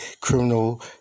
criminal